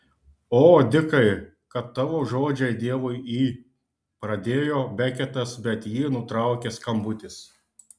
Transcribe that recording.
o dikai kad tavo žodžiai dievui į pradėjo beketas bet jį nutraukė skambutis